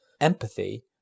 empathy